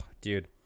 dude